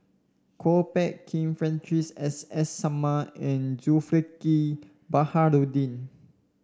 Kwok Peng Kin Francis S S Sarma and Zulkifli Baharudin